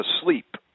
asleep